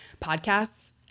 podcasts